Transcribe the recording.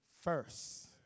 first